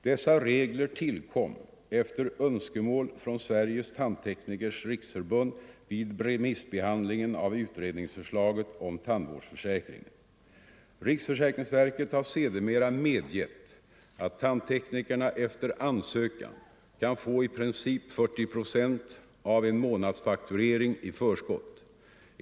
Dessa regler tillkom efter önskemål från Sveriges tandteknikers riksförbund vid remissbehandlingen av utredningsförslaget om tandvårdsförsäkringen. Riksförsäkringsverket har sedermera medgett att tandteknikern efter ansökan kan få i princip 40 procent av en månadsfakturering i förskott.